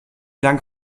dank